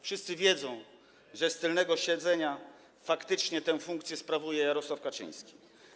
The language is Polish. Wszyscy wiedzą, że z tylnego siedzenia faktycznie tę funkcję sprawuje Jarosław Kaczyński.